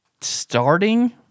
starting